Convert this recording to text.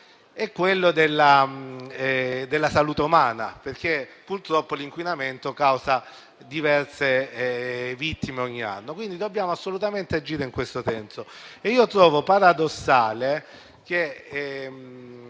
è quello della salute umana, perché purtroppo l'inquinamento causa diverse vittime ogni anno. Quindi, dobbiamo assolutamente agire in questo senso e trovo paradossale che